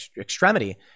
extremity